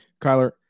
kyler